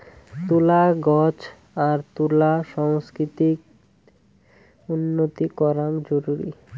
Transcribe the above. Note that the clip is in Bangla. তুলা গছ আর তুলা সংস্কৃতিত উন্নতি করাং জরুরি